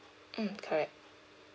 mm correct